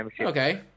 Okay